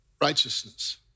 righteousness